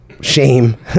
shame